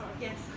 yes